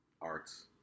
arts